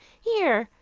here,